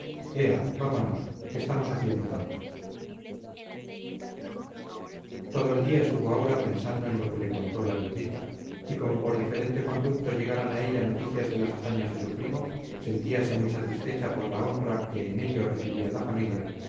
ea vámonos que estamos haciendo falta todo el día estuvo aura pensando en lo que le contó la viudita y como por diferente conducto llegaran a ella noticias de las hazañas de su primo sentíase muy satisfecha por la honra que en ello recibía la familia